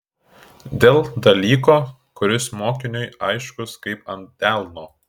dėl dalyko kuris mokiniui aiškus kaip ant delno